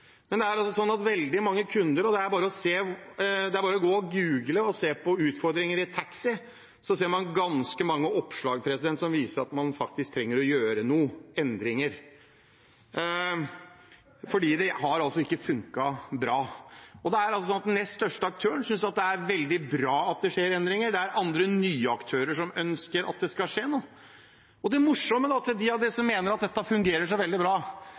Det er bare å google og se på utfordringer ved taxi, så ser man ganske mange oppslag som viser at man faktisk trenger å gjøre noen endringer. For det har ikke funket bra. Den nest største aktøren synes det er veldig bra at det skjer endringer. Og det er andre, nye aktører som ønsker at det skal skje noe. Og det morsomme – til dem som mener at dette fungerer så veldig bra